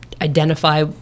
Identify